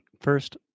first